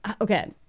okay